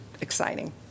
exciting